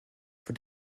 for